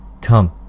Come